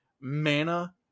mana